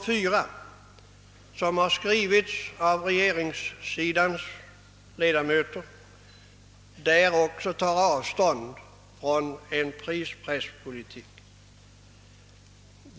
4 a, som har avgivits av regeringssidans ledamöter, tar avstånd från en Pprispresspolitik.